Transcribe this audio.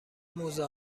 موزه